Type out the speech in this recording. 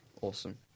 Awesome